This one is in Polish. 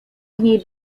dni